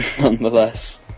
nonetheless